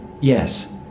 Yes